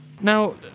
Now